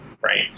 right